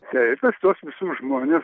taip aš tuos visus žmones